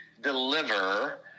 deliver